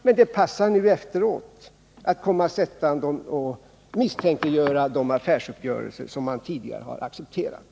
Men det passar att efteråt komma sättande och misstänkliggöra affärsuppgörelser som man tidigare har accepterat.